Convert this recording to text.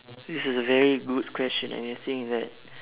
this is a very good question and you'll think that